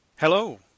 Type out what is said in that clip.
Hello